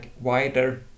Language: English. wider